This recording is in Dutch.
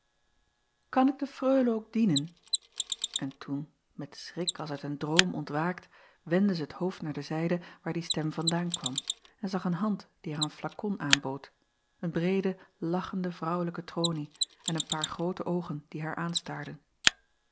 kan ik de reule ook dienen n toen met schrik als uit een droom ontwaakt wendde zij het hoofd naar de zijde waar die stem vandaan kwam en zag een hand die haar een flakon aanbood een breede lachende vrouwelijke tronie en een paar groote oogen die haar aanstaarden